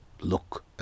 look